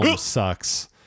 sucks